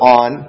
on